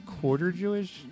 Quarter-Jewish